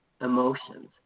emotions